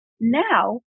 now